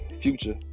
future